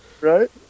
Right